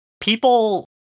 people